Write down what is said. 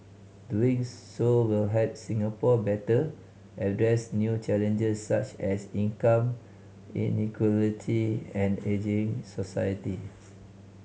doing so will help Singapore better address new challenges such as income inequality and ageing society